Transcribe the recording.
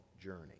journey